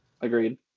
Agreed